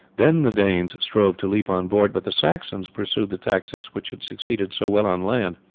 then the danes strove to leap on board, but the saxons pursued the tactics which had succeeded so well on land,